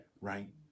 right